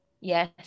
Yes